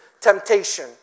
temptation